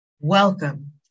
welcome